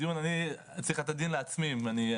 אני צריך לתת דין לעצמי אם יש לי סמכות או אין לי סמכות.